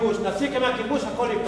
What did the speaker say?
נפסיק עם הכיבוש, הכול ייפתר.